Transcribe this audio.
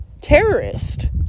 terrorist